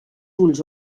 ulls